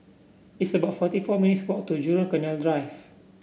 it's about forty four minutes' walk to Jurong Canal Drive